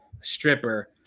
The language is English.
stripper